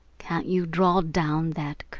can't you draw down that